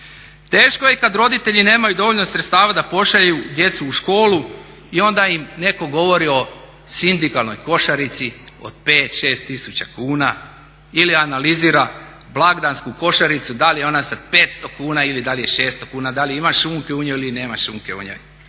Teško je kad roditelji nemaju dovoljno sredstava da pošalju djecu u školu i onda im netko govori o sindikalnoj košarici od 5-6 tisuća kuna ili analizira blagdansku košaricu da li je ona sa 500 kuna ili sa 600 kuna, da li ima šunke u njoj ili nema šunke u njoj.